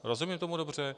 Rozumím tomu dobře?